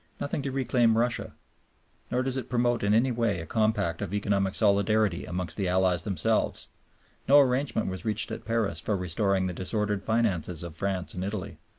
nothing to reclaim russia nor does it promote in any way a compact of economic solidarity amongst the allies themselves no arrangement was reached at paris for restoring the disordered finances of france and italy,